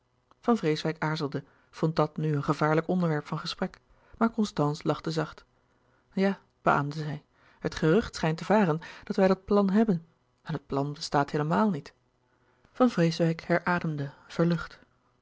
van vreeswijck aarzelde vond dat nu een gevaarlijk onderwerp van gesprek maar constance lachte zacht ja beaâmde zij het gerucht schijnt te varen dat wij dat plan hebben en het plan bestaat heelemaal niet van vreeswijck herademde verlucht